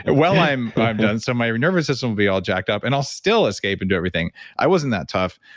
ah well, i'm i'm done. so my nervous system will be all jacked up and i'll still escape and do everything i wasn't that tough,